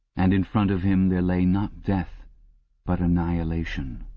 and in front of him there lay not death but annihilation.